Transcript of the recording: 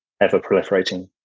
ever-proliferating